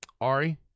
Ari